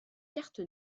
carte